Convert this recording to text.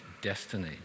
destiny